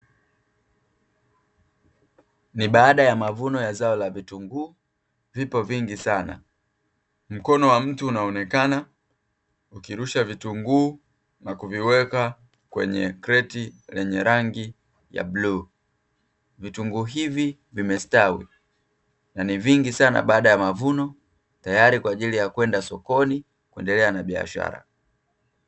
Ni baada ya mavuno ya zao la vitunguu vipo vingi sana. ,Mkono wa mtu unaonekana ukirusha vitunguu na kuviweka kwenye kreti lenye rangi ya bluu. Vitunguu hivi vimestawi na ni vingi sana baada ya mavuno, tayari kwa ajili ya kwenda sokoni kuendelea na biashara.